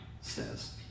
says